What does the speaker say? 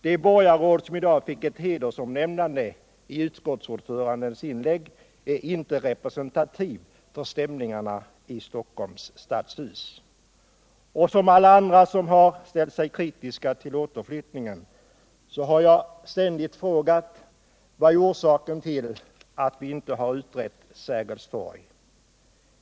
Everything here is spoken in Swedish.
Det borgarråd som i dag fick ett hedersomnämnande i utskottsordförandens inlägg är inte representativ för stämningarna I Stockholms stadshus. Som alla andra som har ställt sig kritiska till återflyttningen har jag ständigt frågat: Vad är orsaken till att vi inte har utrett Sergelstorgsalternativet?